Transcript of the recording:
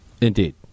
Indeed